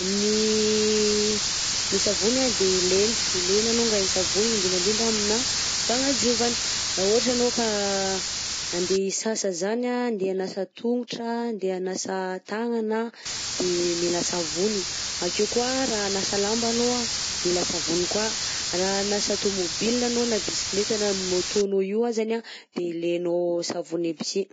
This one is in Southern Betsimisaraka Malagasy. Ny ny savony anh de ilaina, ilaina alongany ny savony indrindrandrindra aminà fagnadiovana. _x000D_ Raha ohatra anao ka andeha hisasa zany anh, andeha hanasa tongotra, andeha hanasa tagnana de mila savony. _x000D_ Akeo koa raha hanasa lamba anao anh mila savony koà, raha hanasa tômôbila anao na bisikileta na môtônao io azany anh de ilainao savony aby si.